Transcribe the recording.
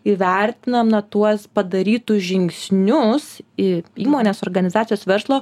įvertinam na tuos padarytus žingsnius į įmonės organizacijos verslo